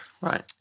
Right